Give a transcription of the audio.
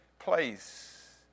place